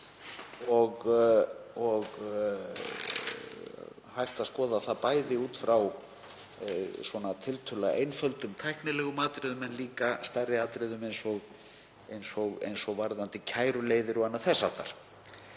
og hægt að skoða bæði út frá tiltölulega einföldum tæknilegum atriðum, en líka stærri atriðum, eins og varðandi kæruleiðir og annað þess háttar.